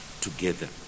together